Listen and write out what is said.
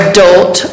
Adult